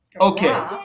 Okay